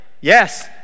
yes